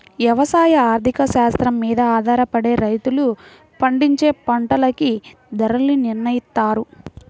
యవసాయ ఆర్థిక శాస్త్రం మీద ఆధారపడే రైతులు పండించే పంటలకి ధరల్ని నిర్నయిత్తారు